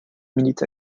milite